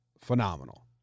phenomenal